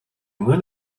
moon